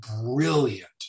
brilliant